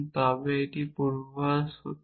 তবে এইরকম একটি পূর্বাভাস সত্য